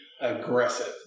aggressive